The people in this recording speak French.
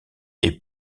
est